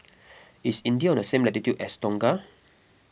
is India on the same latitude as Tonga